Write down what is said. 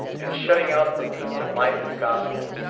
and shutting out from them the light of the gospel,